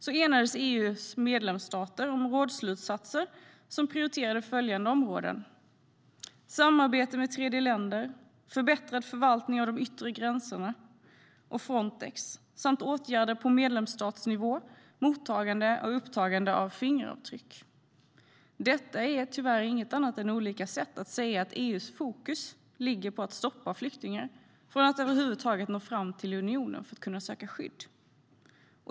Då enades EU:s medlemsstater om rådsslutsatser som prioriterade följande områden: samarbete med tredjeländer, förbättrad förvaltning av de yttre gränserna och Frontex samt åtgärder på medlemsstatsnivå - mottagande och upptagande av fingeravtryck. Detta är tyvärr inget annat än olika sätt att säga att EU:s fokus ligger på att stoppa flyktingar från att över huvud taget nå fram till unionen för att kunna söka skydd.